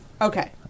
Okay